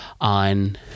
on